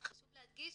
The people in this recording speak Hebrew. חשוב להדגיש